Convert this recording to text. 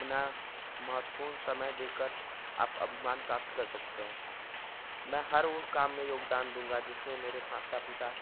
अपना महत्वपूर्ण समय देकर आप अभिमान प्राप्त कर सकते हैं मैं हर वो काम में योगदान दूँगा जिसमें मेरे माता पिता